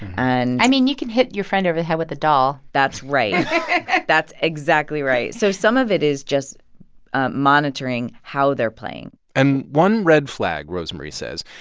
and. i mean, you can hit your friend over the head with a doll that's right that's exactly right. so some of it is just monitoring how they're playing and one red flag, rosemarie says,